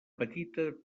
petita